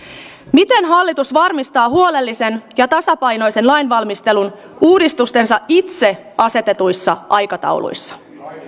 miten hallitus varmistaa huolellisen ja tasapainoisen lainvalmistelun uudistustensa itse asetetuissa aikatauluissa ja